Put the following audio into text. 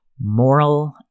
moral